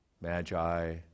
Magi